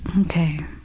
Okay